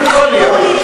יכול להיות,